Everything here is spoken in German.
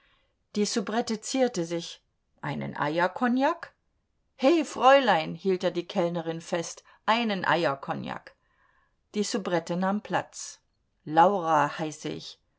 die soubrette zierte sich einen eierkognak he fräulein hielt er die kellnerin fest einen eierkognak die soubrette nahm platz laura heiße ich